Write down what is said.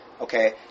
Okay